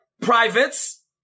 privates